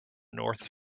north